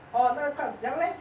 oh 那个 club 怎样 leh